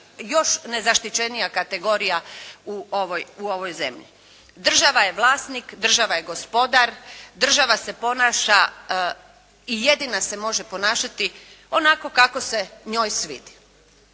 još nezaštićenija kategorija u ovoj zemlji. Država je vlasnik, država je gospodar, država se ponaša i jedina se može ponašati onako kako se njoj svidi.